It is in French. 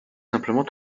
simplement